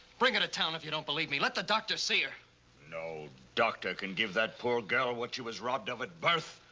bring her to town if you don't believe me. let the doctor see her. sam no doctor can give that poor girl what she was robbed of at birth.